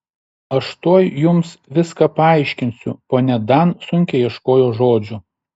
aš tuoj jums viską paaiškinsiu ponia dan sunkiai ieškojo žodžių